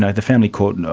and the family court, and